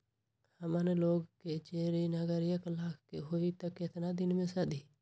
हमन लोगन के जे ऋन अगर एक लाख के होई त केतना दिन मे सधी?